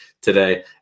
today